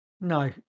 No